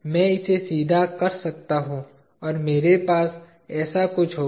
मैं इसे सीधा कर सकता हूं और मेरे पास ऐसा कुछ होगा